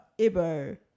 Ibo